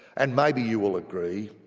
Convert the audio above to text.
and maybe you will agree,